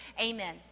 amen